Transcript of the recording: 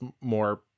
more